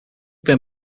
ben